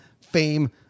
fame